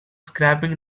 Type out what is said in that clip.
scraping